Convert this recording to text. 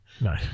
no